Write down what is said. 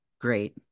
great